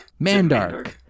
Mandark